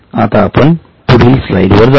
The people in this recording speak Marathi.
आता आपण पुढील स्लाइडवर जाऊ